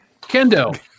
Kendo